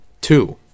two